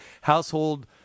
household